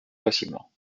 facilement